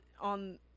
on